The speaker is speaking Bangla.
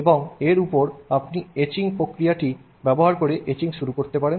এবং এর উপর আপনি এইচিং প্রক্রিয়াটি ব্যবহার করে এচিং শুরু করতে পারেন